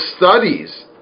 studies